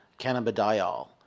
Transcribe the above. cannabidiol